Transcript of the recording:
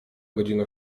godzina